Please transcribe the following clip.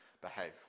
behave